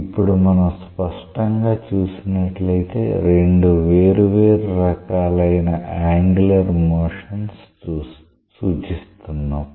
ఇప్పుడు మన స్పష్టంగా చూసినట్లయితే రెండు వేరువేరు రకాలైన యాంగులర్ మోషన్స్ సూచిస్తున్నాం